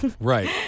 right